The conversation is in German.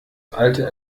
alte